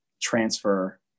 transfer